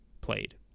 played